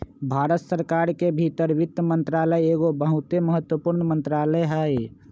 भारत सरकार के भीतर वित्त मंत्रालय एगो बहुते महत्वपूर्ण मंत्रालय हइ